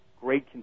great